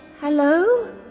Hello